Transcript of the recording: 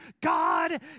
God